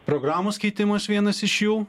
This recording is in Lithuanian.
programos keitimas vienas iš jų